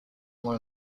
one